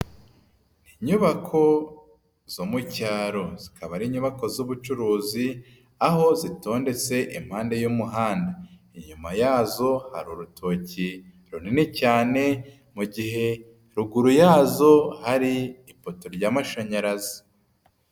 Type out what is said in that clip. Inyubako zo mu cyaro zikaba ari inyubako z'ubucuruzi aho zitondetse impande y'umuhanda, inyuma yazo hari urutoki runini cyane mu gihe ruguru yazo hari ipoto ry'amashanyarazi.